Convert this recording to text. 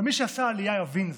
אבל מי שעשה עלייה יבין זאת.